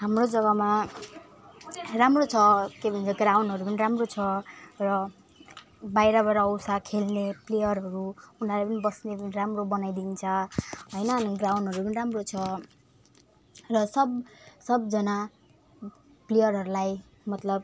हाम्रो जग्गामा राम्रो छ के भन्छ ग्राउन्डहरू पनि राम्रो छ र बाहिरबाट आउँछ खेल्ने प्लेयरहरू उनीहरू नि बस्ने राम्रो बनाइदिन्छ होइन अनि ग्राउन्डहरू पनि राम्रो छ र सब सबजना प्लेयरहरूलाई मतलब